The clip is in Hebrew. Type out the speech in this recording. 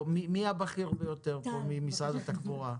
מי הבכיר ביותר פה ממשרד התחבורה?